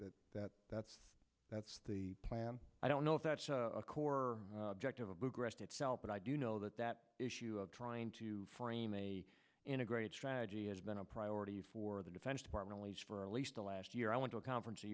that that that's that's the plan i don't know if that's a core directive of aggressed itself but i do know that that issue of trying to frame a integrated strategy has been a priority for the defense department leigh's for a least the last year i went to a conference